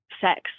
sex